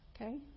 Okay